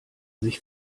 sich